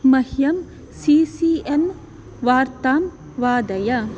मह्यं C C N वार्तां वादय